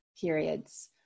periods